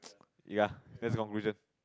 ya that's conclusion